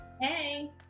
Hey